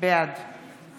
בעד